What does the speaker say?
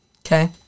Okay